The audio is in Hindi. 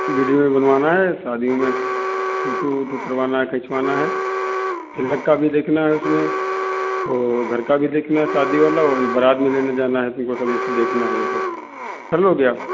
वीडियो भी बनवाना है शादी मे फोटो उटो करवाना है खिंचवाना है तिलक का भी देखना है उसमे और घर का भी देखना है शादी वाला और बारात भी लेने जाना है और देखना है ये सब कर लोगे आप